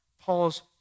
Paul's